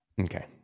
Okay